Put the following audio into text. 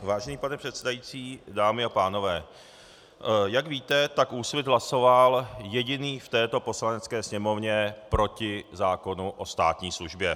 Vážený pane předsedající, dámy a pánové, jak víte, tak Úsvit hlasoval jediný v této Poslanecké sněmovně proti zákonu o státní službě.